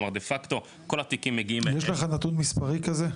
יש לך נתון מספרי כזה?